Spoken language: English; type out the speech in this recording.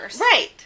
Right